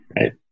right